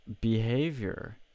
behavior